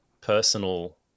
personal